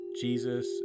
Jesus